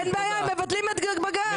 אין בעיה, הם מבטלים את בג"ץ.